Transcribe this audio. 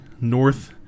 North